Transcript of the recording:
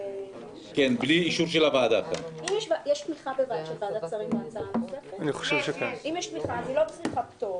אם יש תמיכה של ועדת שרים להצעה אז היא לא צריכה פטור,